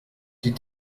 die